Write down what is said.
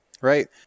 Right